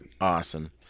Awesome